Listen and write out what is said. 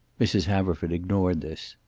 mrs. haverford ignored this.